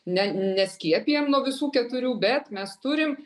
ne neskiepijam nuo visų keturių bet mes turim